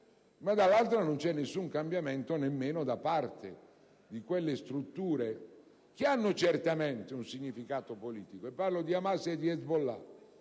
ma dall'altro non c'è nessun cambiamento, nemmeno da parte di quelle strutture che hanno certamente un significato politico. Mi riferisco ad Hamas e ad Hezbollah,